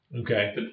Okay